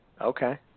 Okay